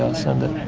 send it.